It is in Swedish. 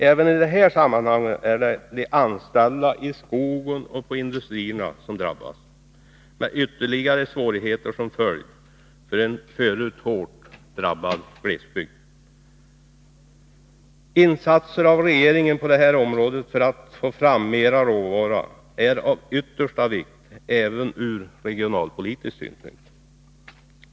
Även i detta sammanhang är det de anställda i skogen och i industrierna som drabbas, med ytterligare svårigheter för en förut hårt drabbad glesbygd som följd. Insatser av regeringen på detta område för att få fram mera råvara är av yttersta vikt, även ur regionalpolitisk synpunkt.